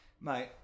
mate